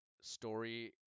story